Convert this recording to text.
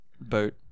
boat